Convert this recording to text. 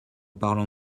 parlant